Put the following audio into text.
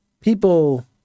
People